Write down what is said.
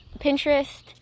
Pinterest